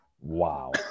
Wow